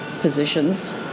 positions